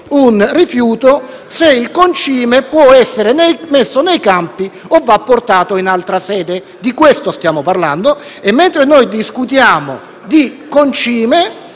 un rifiuto, se il concime può essere messo nei campi o vada portato in altra sede. Di questo stiamo parlando. Mentre noi discutiamo di concime,